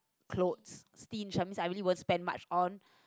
clothes stinge I mean I really won't spend much on